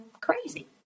crazy